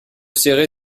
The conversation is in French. serré